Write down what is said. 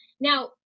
Now